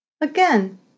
Again